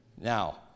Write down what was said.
Now